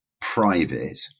private